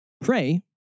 pray